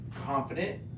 confident